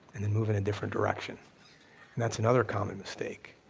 and then move in a different direction. and that's another common mistake,